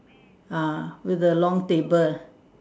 ah with the long table